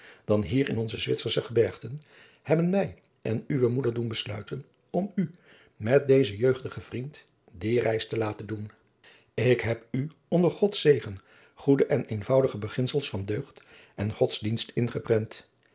dan hier in onze zwitsersche gebergten hebben mij en uwe moeder doen besluiten om u met dezen jeugdigen vriend die reis te laten doen ik heb u onder gods zegen goede en eenvoudige beginsels van deugd en godsdienst ingeprent